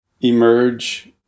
emerge